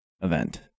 event